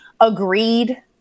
agreed